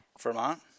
Vermont